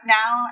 now